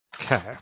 okay